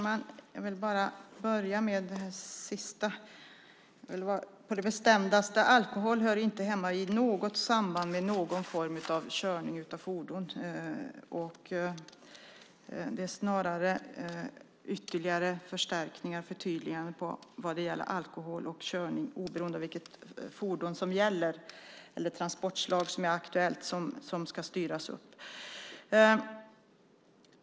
Fru talman! Jag börjar med det sista. Jag vill på det bestämdaste säga att alkohol inte hör hemma i något samband med någon form av fordonskörning. Det är snarare en förstärkning och ett förtydligande av vad som gäller för alkohol och körning oberoende av fordon eller transportslag som ska styras upp.